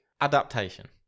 Adaptation